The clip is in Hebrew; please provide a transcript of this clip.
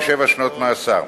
לשבע שנות מאסר.